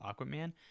Aquaman